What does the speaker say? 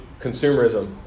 consumerism